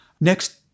Next